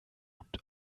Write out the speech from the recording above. und